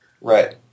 Right